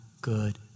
good